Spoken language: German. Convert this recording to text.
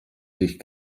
sich